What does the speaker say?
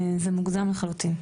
זה מוגזם לחלוטין.